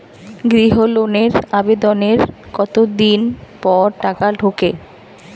গৃহ লোনের আবেদনের কতদিন পর টাকা ঢোকে?